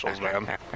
man